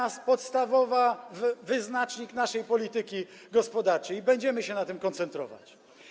To jest podstawowy wyznacznik naszej polityki gospodarczej i będziemy się na tym koncentrować.